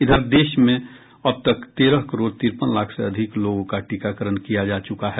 इधर देश में अब तक तेरह करोड़ तिरपन लाख से अधिक लोगों का टीकाकरण किया जा चुका है